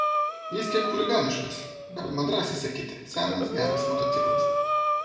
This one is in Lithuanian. jis kiek chuliganiškas galima drąsiai sakyti senas geras motociklas